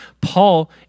Paul